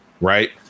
right